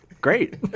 Great